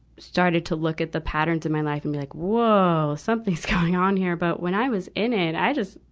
started to look at the patterns of my life and be like, whoa! something's going on here. but when i was in it, i just,